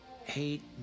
hate